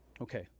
Okay